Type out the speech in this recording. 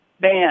ban